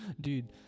Dude